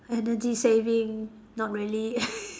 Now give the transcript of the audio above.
energy saving not really